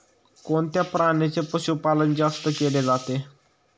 कोणत्या प्राण्याचे पशुपालन जास्त केले जाते?